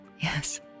Yes